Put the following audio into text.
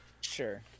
sure